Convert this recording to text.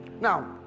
now